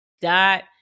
dot